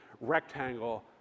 rectangle